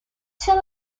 shall